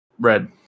Red